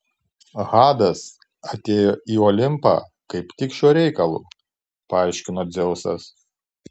hadas atėjo į olimpą kaip tik šiuo reikalu paaiškino dzeusas